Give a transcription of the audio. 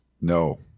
No